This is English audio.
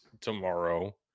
tomorrow